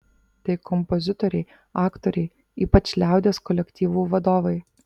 tai kompozitoriai aktoriai ypač liaudies kolektyvų vadovai